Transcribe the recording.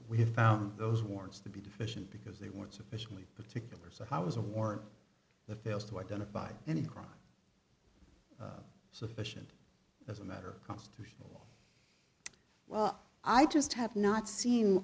we have found those warrants to be deficient because they weren't sufficiently particular so how was a warrant the fails to identify any crime so efficient as a matter constitutional well i just have not seen